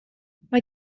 mae